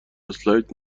اسلاید